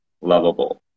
lovable